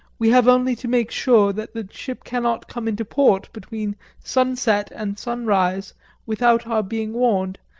we have only to make sure that the ship cannot come into port between sunset and sunrise without our being warned,